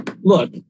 Look